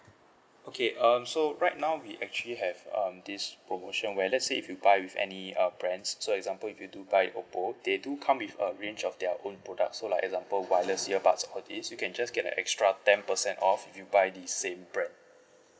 okay um so right now we actually have um this promotion where let's if you buy with any uh brands so example if you do buy oppo they do come with a range of their own product so like example wireless earbuds all these you can just get an extra ten percent off if you buy the same brand